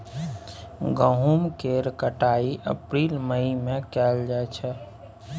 गहुम केर कटाई अप्रील मई में कएल जाइ छै